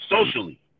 socially